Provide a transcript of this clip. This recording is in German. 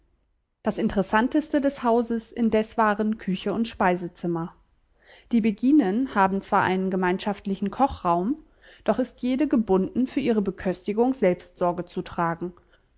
das interessanteste des hauses indes waren küche und speisezimmer die beginen haben zwar einen gemeinschaftlichen kochraum doch ist jede gebunden für ihre beköstigung selbst sorge zu tragen